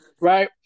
right